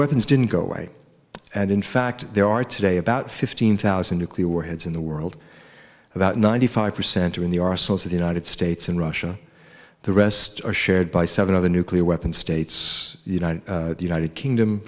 weapons didn't go away and in fact there are today about fifteen thousand nuclear warheads in the world about ninety five percent are in the arsenals of the united states and russia the rest are shared by seven other nuclear weapon states united the united kingdom